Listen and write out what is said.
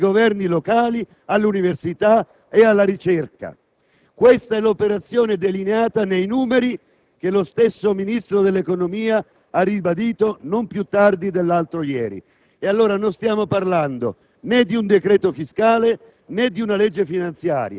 Larisposta è molto semplice. Si sta attuando un'operazione di spostamento di potere politico sul fronte dell'economia e dei rapporti civili tra Stato e cittadino concentrandolo nelle mani del Governo centrale